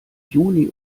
juni